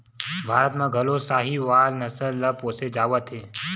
भारत म घलो साहीवाल नसल ल पोसे जावत हे